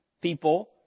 People